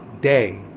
day